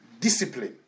discipline